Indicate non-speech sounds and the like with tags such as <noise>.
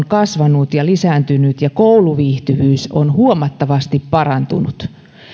<unintelligible> kasvanut ja lisääntynyt ja kouluviihtyvyys on huomattavasti parantunut